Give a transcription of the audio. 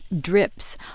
drips